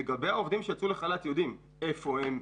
לגבי העובדים שיצאו לחל"ת יודעים איפה הם,